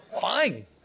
fine